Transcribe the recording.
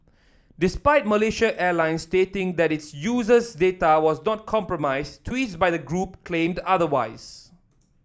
despite Malaysia Airlines stating that its users data was not compromised tweets by the group claimed otherwise